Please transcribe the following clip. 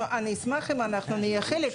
אשמח אם אנחנו נהיה חלק,